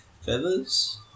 feathers